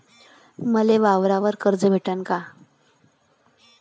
मले वावरावर कर्ज भेटन का?